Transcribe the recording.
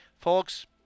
Folks